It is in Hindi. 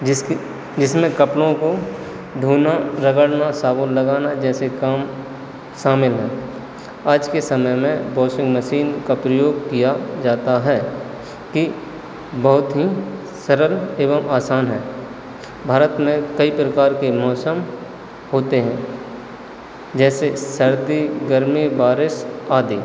जिसकि जिसमें कपड़ों को धोना रगड़ना साबुन लगाना जैसे काम शामिल हैं आज के समय में बॉशिंग मसीन का प्रयोग किया जाता है कि बहुत ही सरल एवं आसान है भारत में कई प्रकार के मौसम होते हैं जैसे सर्दी गर्मी बारिश आदि